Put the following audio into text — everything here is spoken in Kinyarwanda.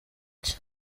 cye